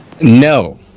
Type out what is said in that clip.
No